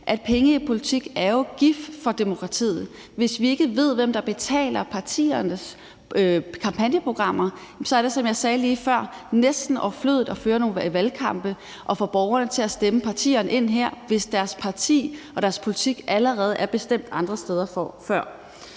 penge i politik er gift for demokratiet. Hvis vi ikke ved, hvem der betaler partiernes kampagneprogrammer, så er det, som jeg sagde lige før, næsten overflødigt at føre nogle valgkampagner og få borgerne til at stemme partierne ind her, altså hvis partiernes politik allerede er blevet bestemt andre steder i forvejen.